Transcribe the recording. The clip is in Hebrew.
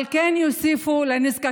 אבל הם כן יוסיפו לנזקקים.